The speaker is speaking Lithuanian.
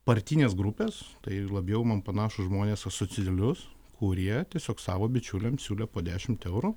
partines grupes tai labiau man panašūs žmonės asocialius kurie tiesiog savo bičiuliams siūlė po dešimt eurų